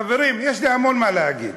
חברים, יש לי המון מה להגיד.